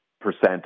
percent